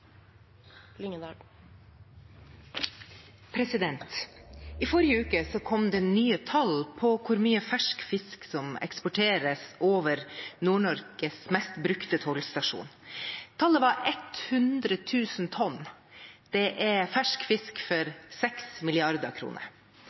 replikkordskifte. I forrige uke kom det nye tall på hvor mye fersk fisk som eksporteres over Nord-Norges mest brukte tollstasjon. Tallet var 100 000 tonn. Det er fersk fisk for